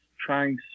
trying